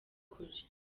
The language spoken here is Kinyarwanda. kure